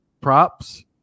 props